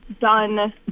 done